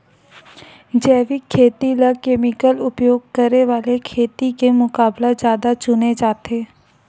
जैविक खेती ला केमिकल उपयोग करे वाले खेती के मुकाबला ज्यादा चुने जाते